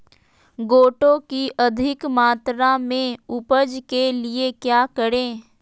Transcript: गोटो की अधिक मात्रा में उपज के लिए क्या करें?